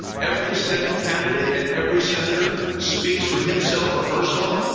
every senate candidate and every senator speaks for himself or herself